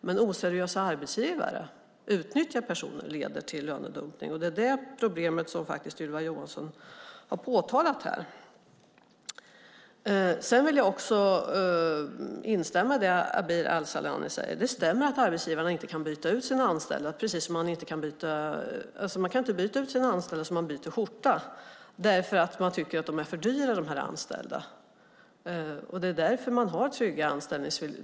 Men att oseriösa arbetsgivare utnyttjar personer leder till lönedumpning. Det är detta problem som Ylva Johansson har påpekat här. Det som Abir Al-Sahlani säger om att arbetsgivarna inte kan byta ut sina anställda stämmer. Man kan inte byta ut sina anställda på samma sätt som man byter skjorta bara för att man tycker att de anställda är för dyra.